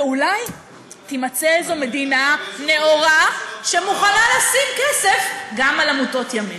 ואולי תימצא איזו מדינה נאורה שמוכנה לשים כסף גם על עמותות ימין.